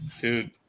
Dude